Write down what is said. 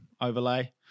overlay